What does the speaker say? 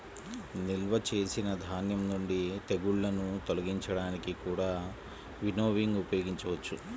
నిల్వ చేసిన ధాన్యం నుండి తెగుళ్ళను తొలగించడానికి కూడా వినోవింగ్ ఉపయోగించవచ్చు